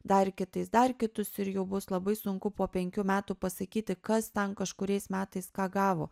dar kitais dar kitus ir jau bus labai sunku po penkių metų pasakyti kas ten kažkuriais metais ką gavo